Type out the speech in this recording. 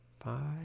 five